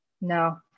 No